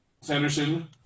Sanderson